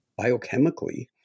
biochemically